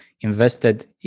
invested